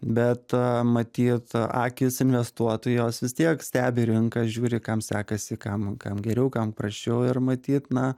bet matyt akys investuotojų jos vis tiek stebi rinką žiūri kam sekasi kam kam geriau kam prasčiau ir matyt na